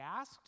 asked